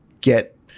get